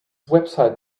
website